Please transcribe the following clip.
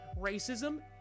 racism